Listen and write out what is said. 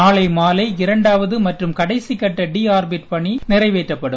நாளைமாலைஇரண்டாவதுமற்றும்கடைசிகட்டடீ ஆர்பிட்பணிநிறைவேற்றப்படும்